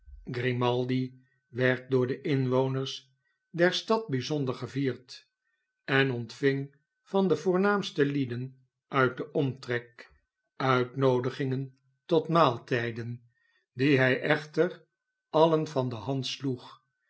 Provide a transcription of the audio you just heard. grimaldi werd door de inwoners der stad bijzonder gevierd en ontving van de voornaamste lieden uit den omtrek uitnoodigingen tot maaltijden die hij echter alien van de hand sloeg